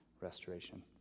restoration